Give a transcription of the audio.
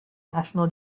national